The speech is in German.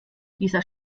dieser